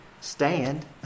stand